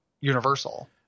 universal